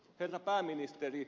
herra pääministeri